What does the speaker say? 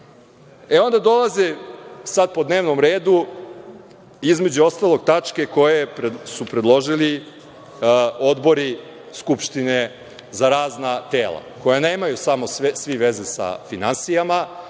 dolaze sad po dnevnom redu, između ostalog, tačke koje su predložili odbori Skupštine za razna tela, a koja nemaju sva veze sa finansijama,